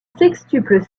sextuple